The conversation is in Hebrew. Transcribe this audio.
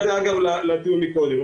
אגב הטיעון מקודם.